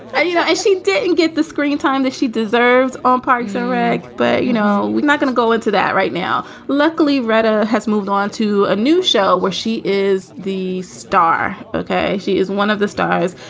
and, you know, she didn't and get the screentime that she deserves on parks and rec. but, you know, we're not going to go into that right now. luckily, rhetta has moved on to a new show where she is the star. ok. she is one of the stars.